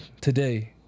today